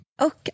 Okay